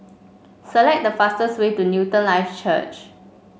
select the fastest way to Newton Life Church